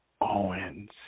owens